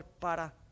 para